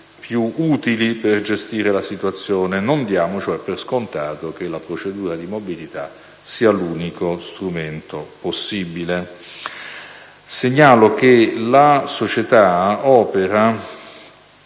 più utili per gestire la situazione; non diamo, cioè, per scontato che la procedura di mobilità sia l'unico strumento possibile. Segnalo che la società opera